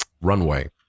runway